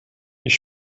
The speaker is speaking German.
ich